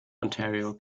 ontario